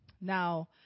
Now